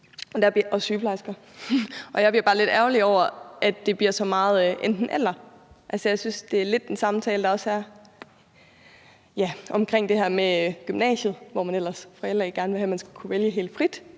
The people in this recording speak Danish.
og sygeplejersker, og jeg bliver bare lidt ærgerlig over, at det bliver så meget enten-eller. Altså, jeg synes, det lidt er en samtale, der også er omkring det her med gymnasiet, hvor man ellers fra LA's side gerne vil have, at man skal kunne vælge helt frit,